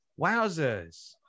Wowzers